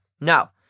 No